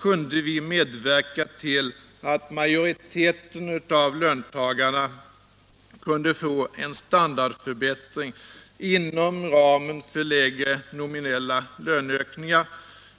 kunde vi medverka till att majoriteten av löntagarna kunde få en standardförbättring inom ramen för lägre nominella löneökningar.